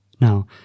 Now